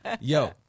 Yo